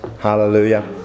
Hallelujah